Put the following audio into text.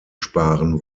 sparen